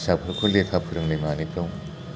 फिसाफोरखौ लेखा फोरोंनाय मानायफ्राव